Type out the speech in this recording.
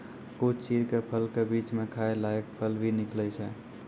कुछ चीड़ के फल के बीच स खाय लायक फल भी निकलै छै